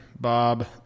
Bob